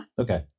Okay